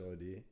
idea